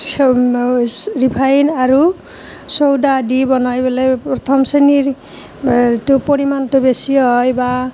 refine আৰু soda দি বনাই পেলাই প্ৰথম চেনীৰ যিটো পৰিমাণটো বেছি হয় বা